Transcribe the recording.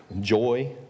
joy